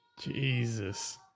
Jesus